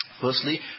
Firstly